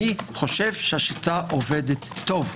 אני חושב שהשיטה עובדת טוב.